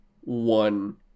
one